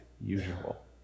usual